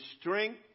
strength